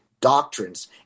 doctrines